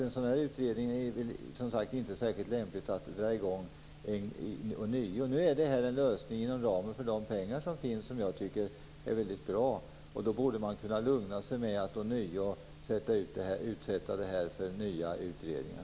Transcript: En sådan här utredning är det ju som sagt inte särskilt lämpligt att dra igång ånyo. Det här är en lösning inom ramen för de pengar som finns, som jag tycker är väldigt bra. Då borde man kunna lugna sig med att ånyo utsätta den här frågan för nya utredningar.